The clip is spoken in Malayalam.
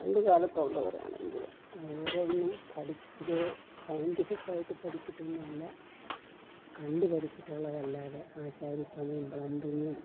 പണ്ട് കാലത്തുള്ളവരാണെങ്കിൽ ഓരോന്നിനും പഠിച്ചത് സയന്റിഫിക്കായിട്ട് പഠിച്ചിട്ടൊന്നുമില്ല കണ്ടുപഠിച്ചിട്ടുള്ളതല്ലാതെ ആശാരി പണിയും പ്ലംബിങ്ങും